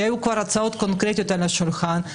שהיו כבר הצעות קונקרטיות על השולחן.